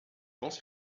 pense